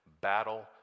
battle